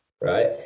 right